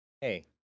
Hey